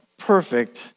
perfect